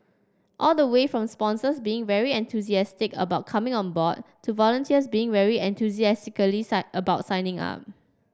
all the way from sponsors being very enthusiastic about coming on board to volunteers being very enthusiastically sign about signing up